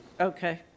Okay